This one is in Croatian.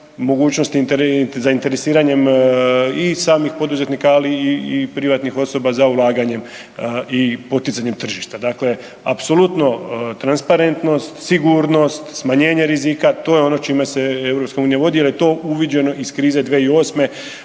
mogućnosti zainteresiranjem i samih poduzetnika, ali i privatnih osoba za ulaganjem i poticanjem tržišta. Dakle, apsolutno transparentnost, sigurnost, smanjenje rizika, to je ono čime se EU jer je to uviđeno iz krize 2008.